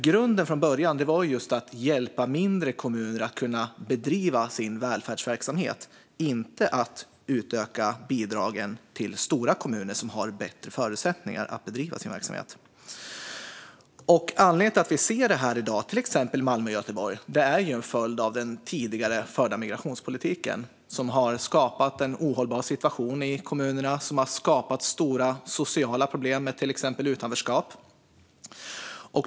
Grunden från början var att hjälpa mindre kommuner att bedriva välfärdsverksamhet, inte att utöka bidragen till stora kommuner som har bättre förutsättningar att bedriva verksamhet. Anledningen till att det är så i dag, till exempel i Malmö och i Göteborg, är en följd av den tidigare förda migrationspolitiken. Den har skapat en ohållbar situation i kommunerna med stora sociala problem med till exempel utanförskap.